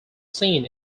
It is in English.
seen